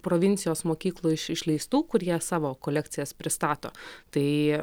provincijos mokyklų iš išleistų kur jie savo kolekcijas pristato tai